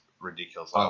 ridiculous